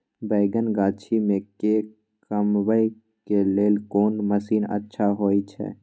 बैंगन गाछी में के कमबै के लेल कोन मसीन अच्छा होय छै?